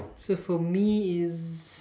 so for me is